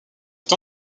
est